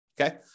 okay